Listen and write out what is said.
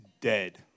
dead